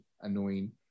annoying